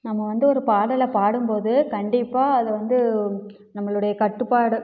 நம்ம வந்து ஒரு பாடலை பாடும்போது கண்டிப்பாக அதுவந்து நம்மளுடைய கட்டுப்பாடு